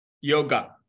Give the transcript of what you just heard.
Yoga